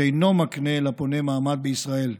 ואינו מקנה לפונה מעמד בישראל.